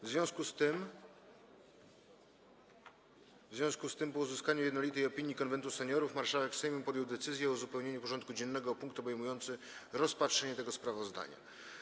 W związku z tym, po uzyskaniu jednolitej opinii Konwentu Seniorów, marszałek Sejmu podjął decyzję o uzupełnieniu porządku dziennego o punkt obejmujący rozpatrzenie tego sprawozdania.